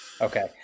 okay